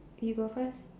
you go first